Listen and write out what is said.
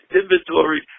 inventory